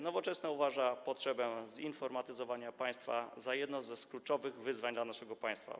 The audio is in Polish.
Nowoczesna uważa potrzebę zinformatyzowania państwa za jedno z kluczowych wyzwań dla naszego państwa.